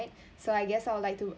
so I guess I would like to